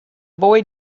boy